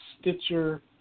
Stitcher